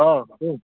अ बुं